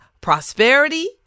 prosperity